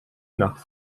nach